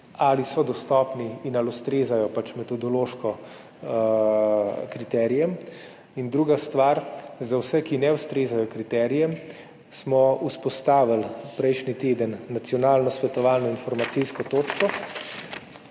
ali so dostopni in ali metodološko ustrezajo kriterijem. In druga stvar, za vse, ki ne ustrezajo kriterijem, smo vzpostavili prejšnji teden nacionalno svetovalno informacijsko točko,